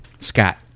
Scott